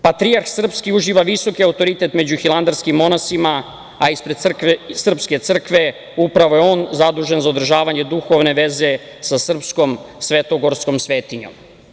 Patrijarh srpski uživa visoki autoritet među hilandarskim monasima, a ispred srpske crkve upravo je on zadužen za održavanje duhovne veze sa srpskom svetogorskom svetinjom.